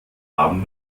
haben